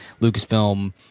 Lucasfilm